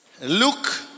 Luke